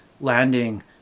landing